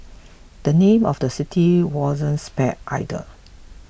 the name of the city wasn't spared either